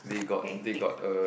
okay next